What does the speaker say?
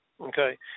okay